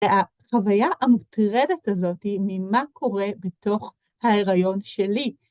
והחוויה המוטרדת הזאת היא ממה קורה בתוך ההיריון שלי.